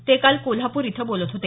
ते काल कोल्हापूर इथं बोलत होते